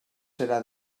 serà